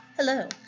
Hello